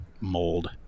mold